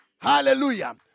Hallelujah